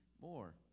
more